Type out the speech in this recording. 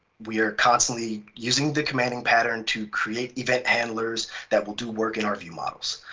we're constantly using the commanding pattern to create event handlers that will do work in our view models.